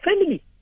family